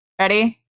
Ready